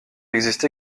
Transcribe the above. existe